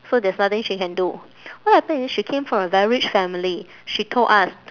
so there's nothing she can do what happen is she came from a very rich family she told us